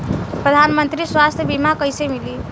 प्रधानमंत्री स्वास्थ्य बीमा कइसे मिली?